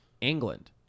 England